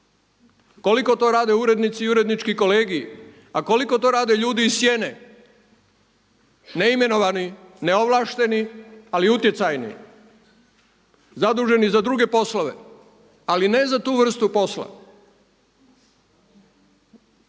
koliko to rade urednici i urednički kolegiji a koliko to rade ljudi iz sjene, neimenovani, neovlašteni ali utjecajni zaduženi za druge poslove ali ne i za tu vrstu posla,